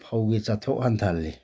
ꯐꯧꯒꯤ ꯆꯥꯊꯣꯛ ꯍꯟꯊꯥꯍꯜꯂꯤ